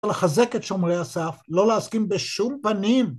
לחזק את שומרי הסף, לא להסכים בשום פנים.